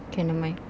okay nevermind